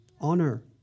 honor